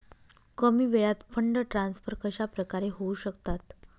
कमी वेळात fund transfer कशाप्रकारे होऊ शकतात?